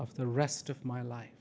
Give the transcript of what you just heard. of the rest of my life